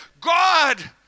God